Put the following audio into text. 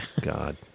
God